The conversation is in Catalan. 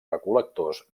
recol·lectors